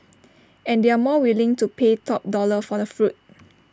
and they are more willing to pay top dollar for the fruit